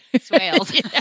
Swales